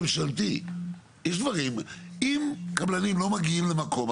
אם קבלנים לא מגיעים למקום,